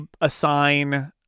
assign